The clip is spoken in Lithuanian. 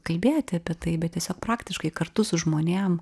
kalbėti apie tai bet tiesiog praktiškai kartu su žmonėm